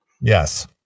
Yes